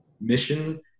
mission